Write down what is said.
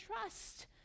trust